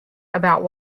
about